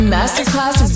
Masterclass